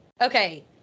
Okay